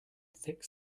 thick